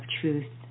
truth